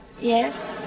yes